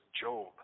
Job